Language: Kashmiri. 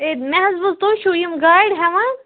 ہے مےٚ حظ بوٗز تُہۍ چھُو یِم گاڑِ ہٮ۪وان